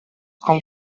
come